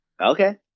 Okay